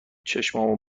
چشامو